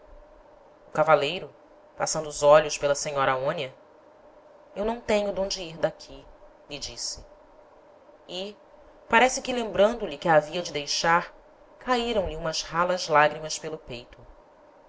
o cavaleiro passando os olhos pela senhora aonia eu não tenho d'onde ir d'aqui lhe disse e parece que lembrando lhe que a havia de deixar cairam lhe umas ralas lagrimas pelo peito